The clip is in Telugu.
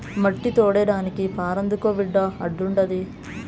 మట్టి తోడేదానికి పార అందుకో బిడ్డా ఆడుండాది